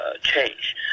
change